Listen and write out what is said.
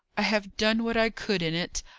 i have done what i could in it.